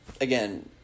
Again